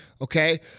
Okay